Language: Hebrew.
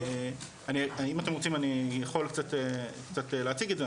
אם אתם רוצים אני יכול קצת להציג את זה,